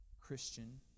Christian